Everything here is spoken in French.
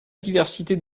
diversité